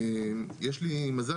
יש לי מזל,